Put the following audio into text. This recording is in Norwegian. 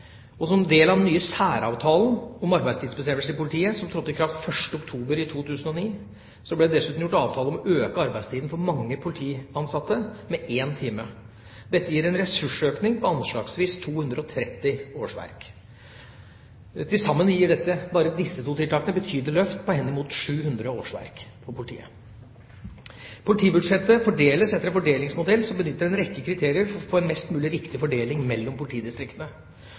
Som en del av den nye særavtalen om arbeidstidsbestemmelser i politiet, som trådte i kraft 1. oktober 2009, ble det dessuten gjort avtale om å øke arbeidstida for mange politiansatte med en time. Dette gir en ressursøkning på anslagsvis 230 årsverk. Til sammen gir dette – bare disse to tiltakene – et betydelig løft for politiet, henimot 700 årsverk. Politibudsjettet fordeles etter en fordelingsmodell som benytter en rekke kriterier for å få en mest mulig riktig fordeling mellom politidistriktene.